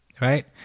Right